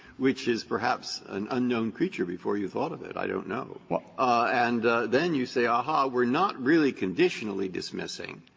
which is perhaps an unknown creature before you thought of it. i don't know. and then you say, aha. we're not really conditionally dismissing,